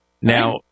Now